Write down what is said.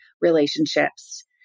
relationships